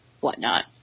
whatnot